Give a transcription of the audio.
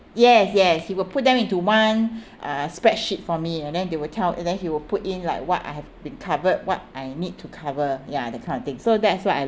yes yes he will put them into one uh spreadsheet for me and then they will tell then he will put in like what I have been covered what I need to cover ya that kind of thing so that's why I